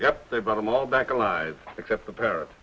yep they brought them all back alive except the parrot